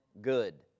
good